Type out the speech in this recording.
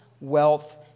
wealth